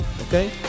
Okay